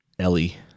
Ellie